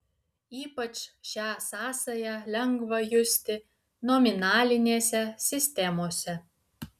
ypač šią sąsają lengva justi nominalinėse sistemose